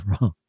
wrong